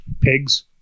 pigs